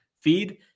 feed